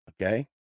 Okay